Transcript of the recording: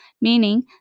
meaning